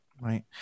Right